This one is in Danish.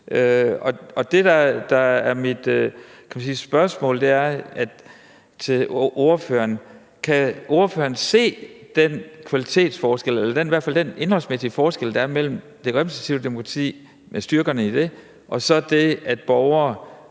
Og det, der er mit spørgsmål til ordføreren, er: Kan ordføreren se den kvalitetsforskel eller i hvert fald den indholdsmæssige forskel, der er mellem det repræsentative demokrati, med styrkerne i det, og så det, at borgere